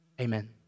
Amen